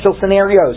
scenarios